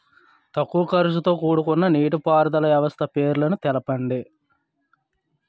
తక్కువ ఖర్చుతో కూడుకున్న నీటిపారుదల వ్యవస్థల పేర్లను తెలపండి?